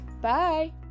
Bye